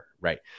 right